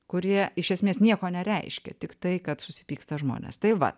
kurie iš esmės nieko nereiškia tik tai kad susipyksta žmonės tai va